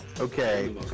Okay